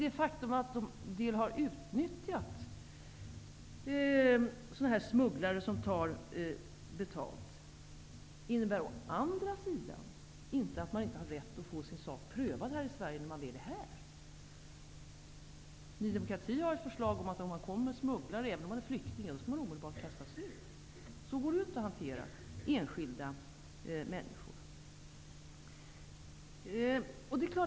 Det faktum att en del har utnyttjat smugglare som tar betalt innebär å andra sidan inte att den som väl är i Sverige inte har rätt att få sin sak prövad. Ny demokrati har ett förslag om att den som kommer hit med hjälp av smugglare, omedelbart skall kastas ut, även om vederbörande är flykting. Men så kan man inte hantera enskilda människor.